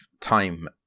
time